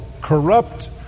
corrupt